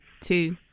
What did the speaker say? two